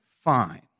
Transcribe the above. fine